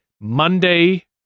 Monday